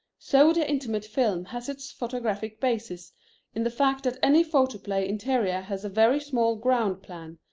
so the intimate film has its photographic basis in the fact that any photoplay interior has a very small ground plan,